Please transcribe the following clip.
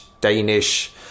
Danish